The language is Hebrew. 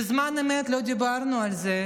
בזמן אמת לא דיברנו על זה,